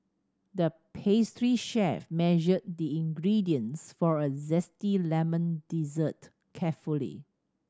the pastry chef measured the ingredients for a zesty lemon dessert carefully